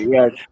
Yes